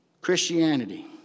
Christianity